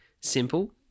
simple